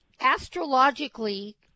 Astrologically